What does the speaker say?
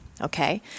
okay